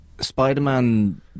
Spider-Man